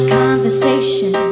conversation